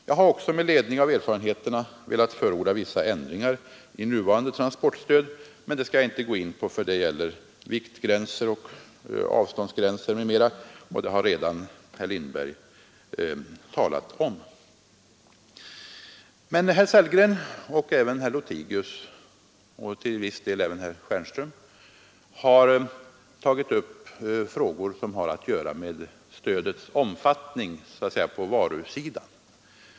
Jag har också med ledning av erfarenheterna velat förorda vissa förändringar i nuvarande transportstöd, men detta skall jag inte gå in på, för det gäller viktgränser, avståndsgränser m.m., och det har redan herr Lindberg talat om. Herr Sellgren, herr Lothigius och till viss del även herr Stjernström har tagit upp frågor som har att göra med stödets omfattning på varusidan.